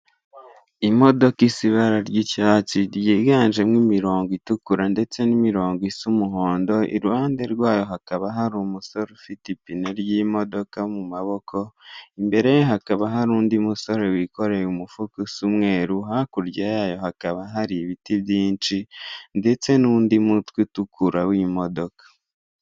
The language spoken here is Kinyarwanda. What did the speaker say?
Imodoka isa, ibara ry'icyatsi ryiganjemo imirongo itukura ndetse n'imirongo isa umuhondo iruhande rwayo hakaba hari umusore ufite ipine ry'imodoka mu maboko, imbere ye hakaba hari undi musore wikoreye umufuka usa umweru, hakurya yayo hakaba hari ibiti byinshi ndetse n'undi mutwe utukura w'imodoka.